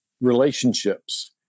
relationships